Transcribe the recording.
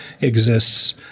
exists